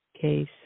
case